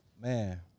Man